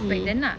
mm